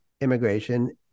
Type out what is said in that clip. immigration